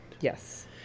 Yes